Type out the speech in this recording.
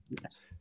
Yes